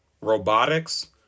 robotics